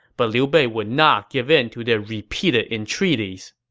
but liu bei would not give in to their repeated entreaties.